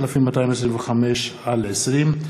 פ/3225/20.